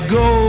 go